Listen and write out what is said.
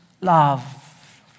love